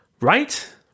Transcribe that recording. Right